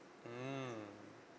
mmhmm